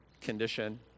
condition